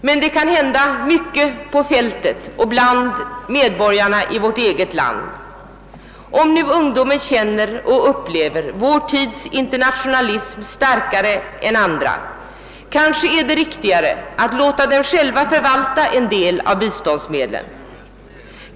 Mycket kan därtill hända på fältet och bland medborgarna i vårt eget land. Om nu ungdomar känner och upplever vår tids internationalism starkare än andra är det kanske riktigare att låta dem själva förvalta en del av biståndsmedlen.